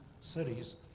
Cities